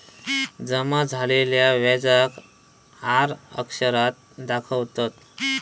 जमा झालेल्या व्याजाक आर अक्षरात दाखवतत